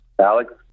Alex